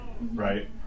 right